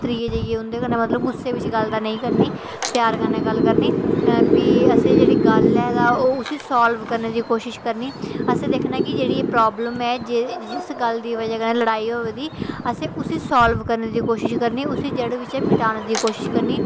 त्रीयै नंबर जाइयै मतलब उं'दे कन्नै गुस्से च गल्ल नेईं करनी ते भी असें जेह्ड़ी गल्ल ऐ ते ओह् उसी सॉल्व करने दी कोशिश करनी असें दिक्खना कि एह् जेह्ड़ी प्रॉब्लम ऐ इस बजह् कन्नै लड़ाई होई दी असें उसी सॉल्व करने दी कोशिश करनी उसी जड़ें बिचें मिटाने दी कोशिश करनी